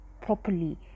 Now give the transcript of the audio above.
properly